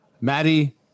Maddie